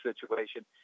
situation